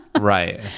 Right